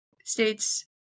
states